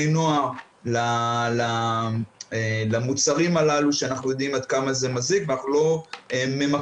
נוער למוצרים הללו שאנחנו יודעים עד כמה הם מזיקים ואנחנו לא ממקסמים,